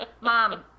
Mom